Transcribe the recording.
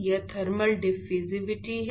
यह thermal diffusivity है